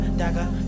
dagger